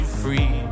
free